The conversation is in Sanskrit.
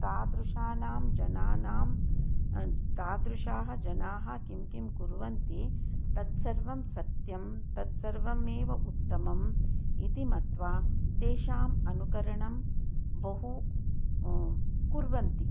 तादृशानां जनानां तादृशाः जनाः किं किं कुर्वन्ति तत्सर्वं सत्यं तत्सर्वमेव उत्तमम् इति मत्वा तेषाम् अनुकरणं बहु कुर्वन्ति